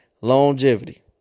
longevity